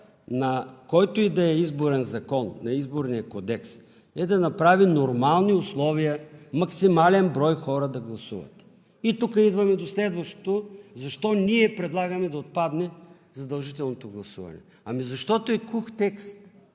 на който и да е изборен закон – на Изборния кодекс, е да направи нормални условия максимален брой хора да гласуват. И тук идваме до следващото – защо ние предлагаме да отпадне задължителното гласуване. Защото е кух текст;